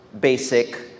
basic